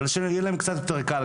אבל שיהיה להם קצת יותר קל,